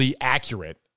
accurate